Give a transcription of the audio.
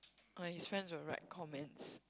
orh his friends will write comments